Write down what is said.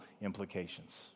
implications